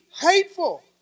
Hateful